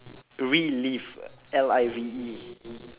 relive L I V E